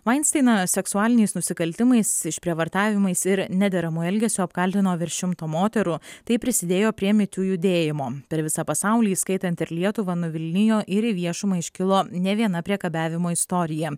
vainsteiną seksualiniais nusikaltimais išprievartavimais ir nederamu elgesiu apkaltino virš šimto moterų tai prisidėjo prie me too judėjimo per visą pasaulį įskaitant ir lietuvą nuvilnijo ir į viešumą iškilo ne viena priekabiavimo istorija